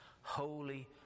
holy